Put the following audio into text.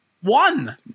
one